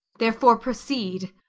therefore proceed.